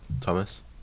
Thomas